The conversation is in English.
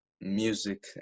music